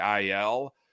IL